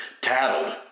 tattled